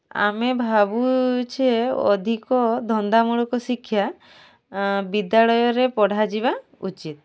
ଆମେ ଭାବୁଛେ ଅଧିକ ଧନ୍ଦାମୂଳକ ଶିକ୍ଷା ବିଦ୍ୟାଳୟରେ ପଢ଼ାଯିବା ଉଚିତ୍